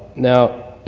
now